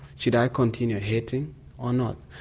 should i continue hating or not?